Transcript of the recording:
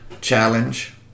challenge